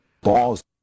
Balls